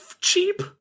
cheap